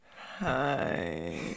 hi